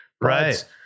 Right